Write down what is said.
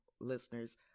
listeners